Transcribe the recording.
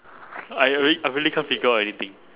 I rea~ I really can't figure out anything